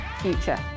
future